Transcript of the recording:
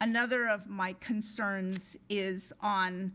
another of my concerns is on